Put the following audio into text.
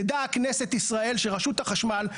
תדע כנסת ישראל שרשות החשמל,